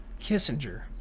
Kissinger